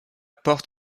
port